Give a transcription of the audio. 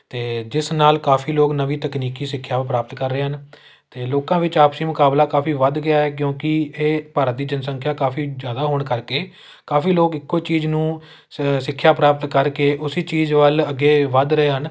ਅਤੇ ਜਿਸ ਨਾਲ ਕਾਫੀ ਲੋਕ ਨਵੀਂ ਤਕਨੀਕੀ ਸਿੱਖਿਆ ਪ੍ਰਾਪਤ ਕਰ ਰਹੇ ਹਨ ਅਤੇ ਲੋਕਾਂ ਵਿੱਚ ਆਪਸੀ ਮੁਕਾਬਲਾ ਕਾਫੀ ਵੱਧ ਗਿਆ ਹੈ ਕਿਉਂਕਿ ਇਹ ਭਾਰਤ ਦੀ ਜਨਸੰਖਿਆ ਕਾਫੀ ਜ਼ਿਆਦਾ ਹੋਣ ਕਰਕੇ ਕਾਫੀ ਲੋਕ ਇੱਕੋ ਚੀਜ਼ ਨੂੰ ਸ ਸਿੱਖਿਆ ਪ੍ਰਾਪਤ ਕਰਕੇ ਉਸੀ ਚੀਜ਼ ਵੱਲ ਅੱਗੇ ਵੱਧ ਰਹੇ ਹਨ